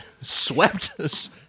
swept